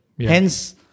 Hence